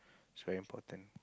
it's very important